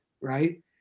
right